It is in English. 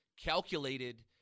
calculated